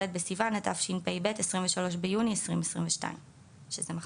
בסיון התשפ"ב (23 ביוני 2022). שזה מחר.